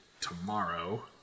tomorrow